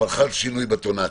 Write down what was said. אלא חל שינוי בטונציה.